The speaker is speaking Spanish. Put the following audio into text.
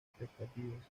expectativas